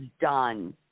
done